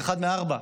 אחד מארבעה,